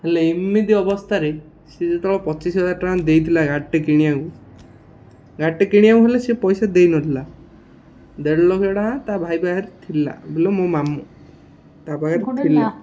ହେଲେ ଏମିତି ଅବସ୍ଥାରେ ସେଏ ଯେତେବେଳେ ପଚିଶ ହଜାର ଟଙ୍କା ଦେଇଥିଲା ଗାଡ଼ିଟେ କିଣିବାକୁ ଗାଡ଼ିଟେ କିଣିବାକୁ ହେଲେ ସେ ପଇସା ଦେଇନଥିଲା ଦେଢ଼ ଲକ୍ଷ ଟଙ୍କା ତା' ଭାଇ ବାହରେ ଥିଲା ବୋଲେ ମୋ ମାମୁଁ ତା'ପାଖରେ ଥିଲା